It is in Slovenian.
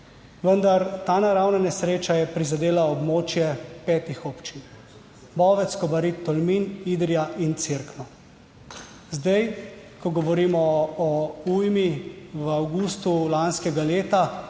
vendar ta naravna nesreča je prizadela območje petih občin Bovec, Kobarid, Tolmin, Idrija in Cerkno. Zdaj, ko govorimo o ujmi v avgustu lanskega leta,